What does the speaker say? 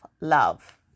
love